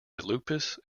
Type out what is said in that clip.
lupus